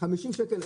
50 שקל,